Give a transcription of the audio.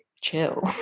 chill